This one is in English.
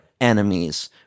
enemies